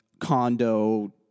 condo